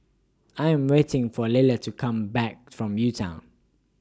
I Am waiting For Liller to Come Back from U Town